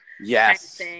yes